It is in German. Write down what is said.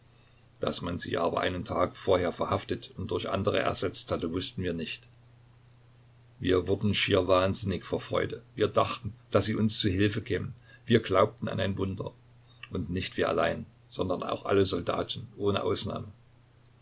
daß man sie aber einen tag vorher verhaftet und durch andere ersetzt hatte wußten wir nicht wir wurden schier wahnsinnig vor freude wir dachten daß sie uns zu hilfe kämen wir glaubten an ein wunder und nicht wir allein sondern auch alle soldaten ohne ausnahme